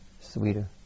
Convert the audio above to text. sweeter